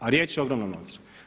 A riječ je o ogromnom novcu.